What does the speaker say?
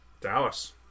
Dallas